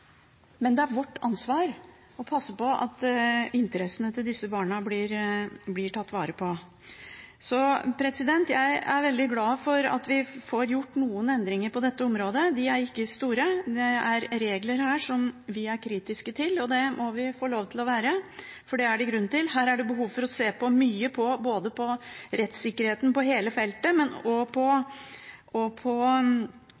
Men det er vårt ansvar å passe på at interessene til disse barna blir tatt vare på. Så jeg er veldig glad for at vi får gjort noen endringer på dette området. De er ikke store. Det er regler her som vi er kritiske til, og det må vi få lov til å være, for det er det grunn til. Her er det behov for å se på mye, både på rettssikkerheten på hele feltet og på